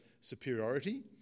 superiority